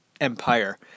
Empire